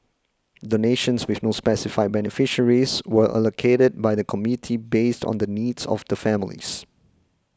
donations with no specified beneficiaries were allocated by the committee based on the needs of the families